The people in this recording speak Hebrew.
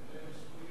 תודה רבה.